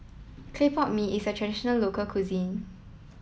Clay Pot Mee is a traditional local cuisine